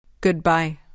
Goodbye